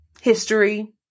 history